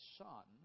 son